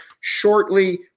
shortly